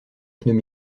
pneus